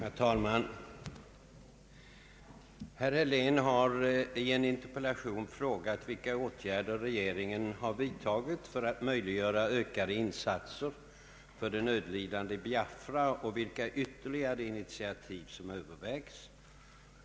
Herr talman! Herr Helén har i en interpellation frågat vilka åtgärder regeringen har vidtagit för att möjliggöra ökade insatser för de nödlidande i Biafra och vilka ytterligare initiativ som övervägs.